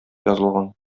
язылган